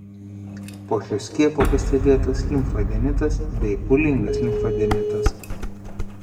po šio skiepo pastebėtas limfadenitas bei pūlingas limfadenitas